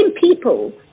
people